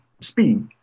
speed